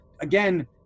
again